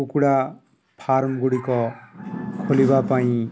କୁକୁଡ଼ା ଫାର୍ମ ଗୁଡ଼ିକ ଖୋଲିବା ପାଇଁ